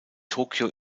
tokyo